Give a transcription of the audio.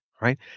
right